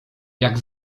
jak